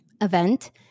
event